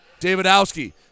Davidowski